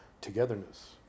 togetherness